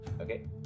Okay